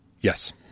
Yes